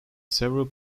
several